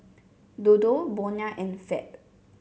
Dodo Bonia and Fab